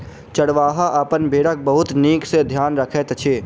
चरवाहा अपन भेड़क बहुत नीक सॅ ध्यान रखैत अछि